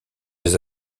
des